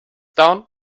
down